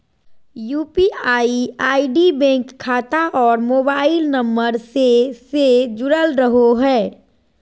UPI ID bank खाता और mobile number से से जुरल रहो हइ